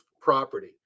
property